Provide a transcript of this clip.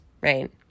right